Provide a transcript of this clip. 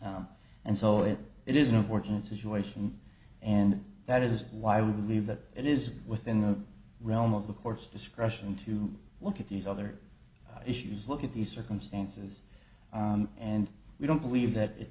him and so it it is an unfortunate situation and that is why we believe that it is within the realm of the courts discretion to look at these other issues look at these circumstances and we don't believe that it